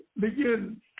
begin